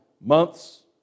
months